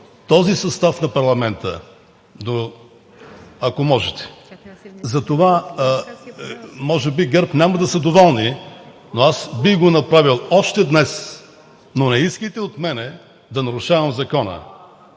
този състав на парламента, ако можете. Затова може би ГЕРБ няма да са доволни, аз бих го направил още днес, но не искайте от мен да нарушавам закона.